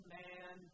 man